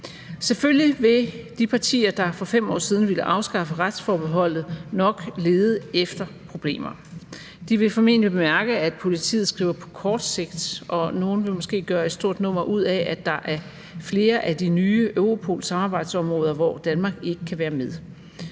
Selvfølgelig vil de partier, der for 5 år siden ville afskaffe retsforbeholdet, nok lede efter problemer. De vil formentlig bemærke, at der står »på kort sigt«, og nogle vil måske gøre et stort nummer ud af, at der er flere af de nye Europol-samarbejdsområder, hvor Danmark ikke kan være med.